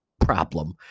problem